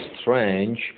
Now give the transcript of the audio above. strange